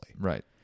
Right